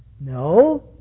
No